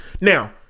Now